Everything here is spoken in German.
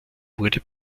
wurde